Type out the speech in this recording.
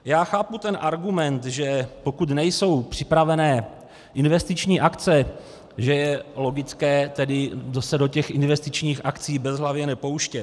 Já chápu argument, že pokud nejsou připravené investiční akce, že je logické se do investičních akcí bezhlavě nepouštět.